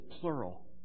plural